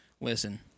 listen